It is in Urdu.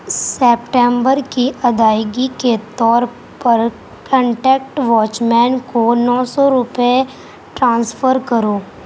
سپٹمبر کی ادائیگی کے طور پر کنٹیکٹ واچ مین کو نو سو روپے ٹرانسفر کرو